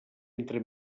entre